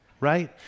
right